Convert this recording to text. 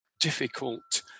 difficult